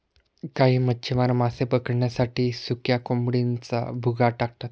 काही मच्छीमार मासे पकडण्यासाठी सुक्या कोळंबीचा भुगा टाकतात